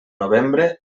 novembre